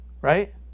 Right